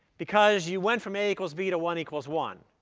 because you went from a equals b to one equals one.